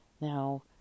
Now